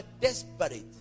desperate